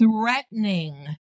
threatening